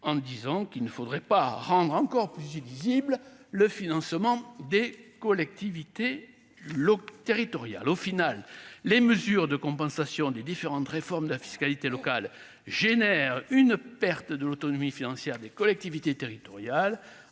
en disant qu'il ne faudrait pas rendre encore plus illisible, le financement des collectivités locales, territoriales, au final, les mesures de compensation des différentes réformes de la fiscalité locale génère une perte de l'autonomie financière des collectivités territoriales